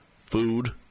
Food